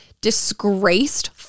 disgraced